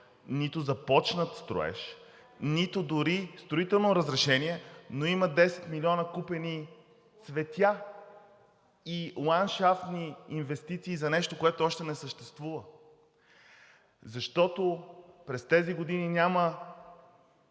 нито започнат строеж, нито дори строително разрешение, но има 10 милиона купени цветя и ландшафтни инвестиции за нещо, което още не съществува. Защото през тези години няма